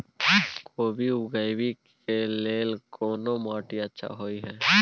कोबी उगाबै के लेल कोन माटी अच्छा होय है?